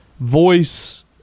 Voice